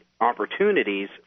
opportunities